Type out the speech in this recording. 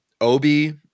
Obi